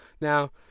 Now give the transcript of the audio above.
Now